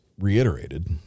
reiterated